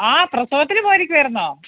ആ പ്രസവത്തിനു പോയിരിക്കുകയായിരുന്നോ